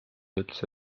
ütles